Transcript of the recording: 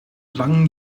langen